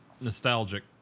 Nostalgic